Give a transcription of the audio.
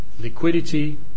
liquidity